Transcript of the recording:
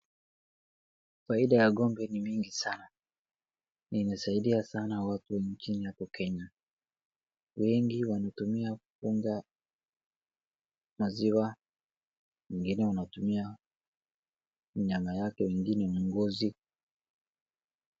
Faida ya ng'ombe ni mingi sana, inasaidia watu sana nchini hapo Kenya, wengi wanatumia kunywa maziwa, wengine nyama yake na ngozi.